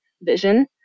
vision